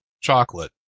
chocolate